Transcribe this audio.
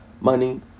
Money